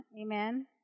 Amen